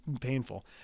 painful